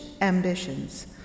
ambitions